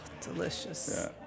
delicious